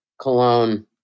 cologne